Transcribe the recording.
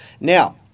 now